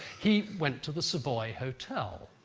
he went to the savoy hotel,